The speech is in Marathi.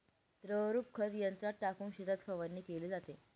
द्रवरूप खत यंत्रात टाकून शेतात फवारणी केली जाते